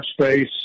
space